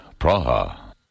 Praha